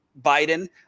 Biden